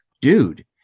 dude